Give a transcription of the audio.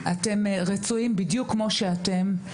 אתם רצויים בדיוק כמו שאתם.